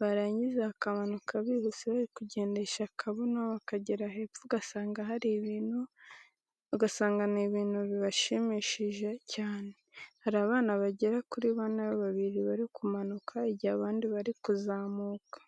barangiza bakamanuka bihuse bari kugendesha akabuno bakagera hepfo ugasanga ni ibintu bibashimisha cyane. Hari abana bagera kuri bane, babiri bari kumanuka igihe abandi bari kuzamuka.